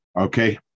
Okay